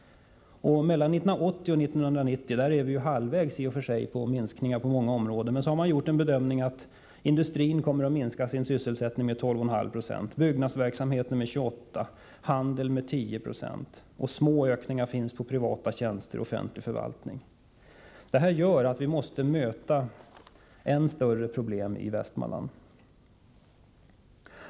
Mellan 1980 och 1990 — vi är ju halvvägs, med minskningar på många områden — kommer enligt länsstyrelsens bedömningar sysselsättningen i industrin att minska med 12,5 20, inom byggnadsverksamheten med 28 Jo och i handeln med 10 96. Små ökningar beräknas för privata tjänster och inom offentlig förvaltning. Detta gör att vi kommer att möta än större problem i Västmanland.